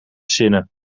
zinnen